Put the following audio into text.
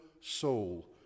soul